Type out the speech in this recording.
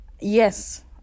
yes